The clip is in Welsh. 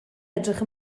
edrych